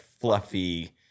fluffy